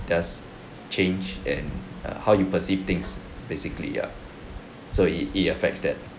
that's changed and uh how you perceive things basically ya so it it affects that